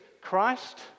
Christ